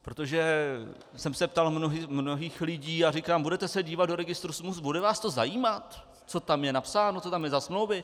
Protože jsem se ptal mnohých lidí a říkal: Budete se dívat do registru smluv, bude vás to zajímat, co je tam napsáno, co je tam za smlouvy?